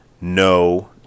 no